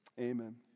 Amen